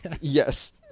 Yes